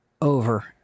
over